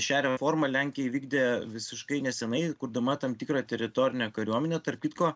šią reformą lenkija įvykdė visiškai neseniai kurdama tam tikrą teritorinę kariuomenę tarp kitko